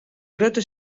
grutte